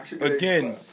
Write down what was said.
again